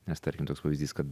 nes tarkim toks pavyzdys kad